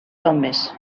tombes